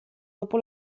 dopo